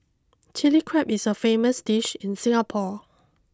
chilli crab is a famous dish in Singapore